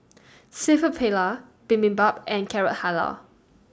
Seafood Paella Bibimbap and Carrot Halwa